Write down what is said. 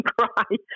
cry